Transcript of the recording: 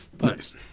Nice